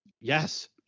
Yes